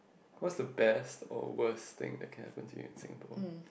what's the best or worst thing that can happen in Singapore